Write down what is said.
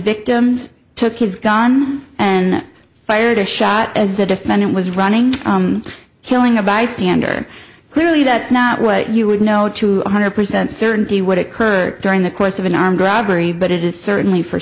victims took his gun and fired a shot as the defendant was running killing a bystander clearly that's not what you would know to one hundred percent certainty would occur during the course of an armed robbery but it is certainly for